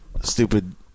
stupid